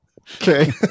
okay